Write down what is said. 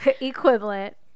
Equivalent